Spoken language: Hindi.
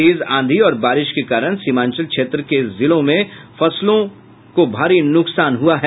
तेज आंधी और बारिश के कारण सीमांचल क्षेत्र के जिलों में फसलां को भारी नुकसान हुआ है